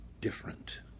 different